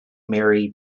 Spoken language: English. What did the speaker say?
mary